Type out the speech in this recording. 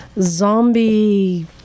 zombie